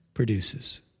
produces